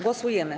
Głosujemy.